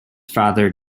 father